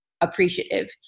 appreciative